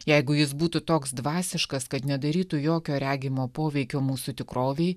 jeigu jis būtų toks dvasiškas kad nedarytų jokio regimo poveikio mūsų tikrovei